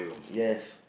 yes